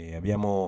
abbiamo